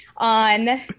on